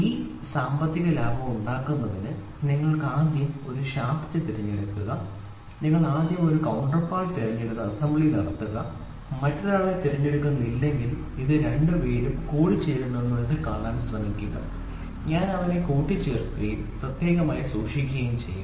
ഈ സാമ്പത്തിക ലാഭമുണ്ടാക്കുന്നതിന് നിങ്ങൾ ആദ്യം ഒരു ഷാഫ്റ്റ് തിരഞ്ഞെടുക്കുക നിങ്ങൾ ആദ്യം ഒരു കൌ ണ്ടർപാർട്ട് തിരഞ്ഞെടുത്ത് അസംബ്ലി നടത്തുക മറ്റൊരാളെ തിരഞ്ഞെടുത്തില്ലെങ്കിൽ ഈ രണ്ട് കൂട്ടരും കൂടിചേരുന്നുണ്ടോ എന്ന് കാണാൻ ശ്രമിക്കുക ഞാൻ അവരെ കൂട്ടിച്ചേർക്കുകയും പ്രത്യേകമായി സൂക്ഷിക്കുകയും ചെയ്യുന്നു